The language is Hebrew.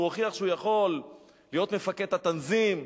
הוא הוכיח שהוא יכול להיות מפקד ה"תנזים",